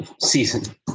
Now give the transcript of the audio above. season